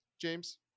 James